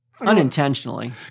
Unintentionally